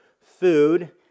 food